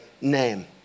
name